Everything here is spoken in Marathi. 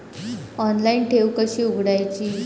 ऑनलाइन ठेव कशी उघडायची?